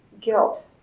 guilt